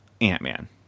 Ant-Man